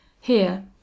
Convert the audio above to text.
Here